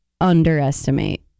underestimate